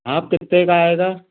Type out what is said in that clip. half कितने का आएगा